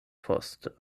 poste